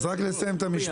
אז רק לסיים את המשפט.